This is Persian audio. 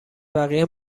بقیه